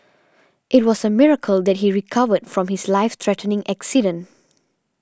it was a miracle that he recovered from his life threatening accident